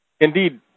Indeed